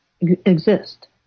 exist